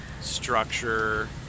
structure